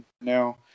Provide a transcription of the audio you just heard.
now